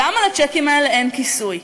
למה לצ'קים האלה אין כיסוי?